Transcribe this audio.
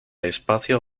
espacio